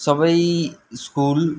सबै स्कुल